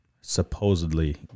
supposedly